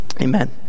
Amen